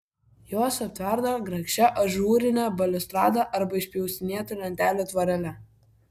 juos aptverdavo grakščia ažūrine baliustrada arba išpjaustinėtų lentelių tvorele